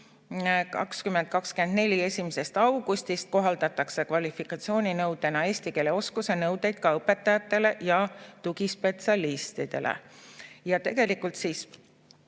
1. augustist kohaldatakse kvalifikatsiooninõudena eesti keele oskuse nõudeid ka õpetajatele ja tugispetsialistidele. Ja tegelikult 1.